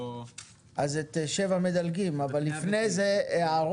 אז על 7 מדלגים, אבל לפני הערות.